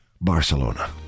Barcelona